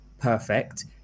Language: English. Perfect